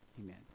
amen